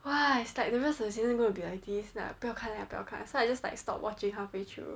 !wah! it's like the rest of the season is going to be like this lah 不要看 liao 不要看 so I just like stop watching halfway through